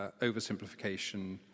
oversimplification